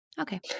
Okay